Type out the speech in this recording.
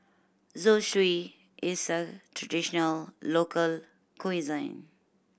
zosui is a traditional local cuisine